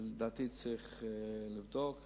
ולדעתי צריך לבדוק.